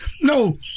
No